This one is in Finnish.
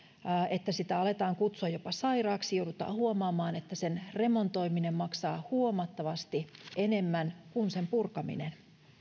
että sitä aletaan kutsua jopa sairaaksi joudutaan huomaamaan että sen remontoiminen maksaa huomattavasti enemmän kuin sen purkaminen